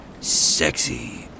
sexy